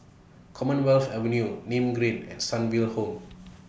Commonwealth Avenue Nim Green and Sunnyville Home